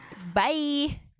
bye